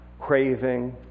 craving